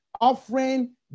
offering